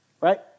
Right